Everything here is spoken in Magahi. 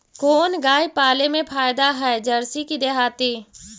कोन गाय पाले मे फायदा है जरसी कि देहाती?